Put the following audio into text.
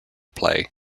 play